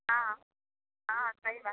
हँ हँ हँ हँ सही बात